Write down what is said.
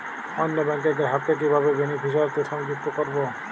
অন্য ব্যাংক র গ্রাহক কে কিভাবে বেনিফিসিয়ারি তে সংযুক্ত করবো?